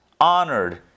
honored